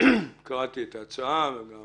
קראתי את ההצעה ואת